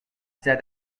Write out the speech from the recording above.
said